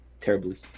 Terribly